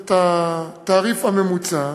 את התעריף הממוצע.